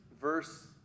verse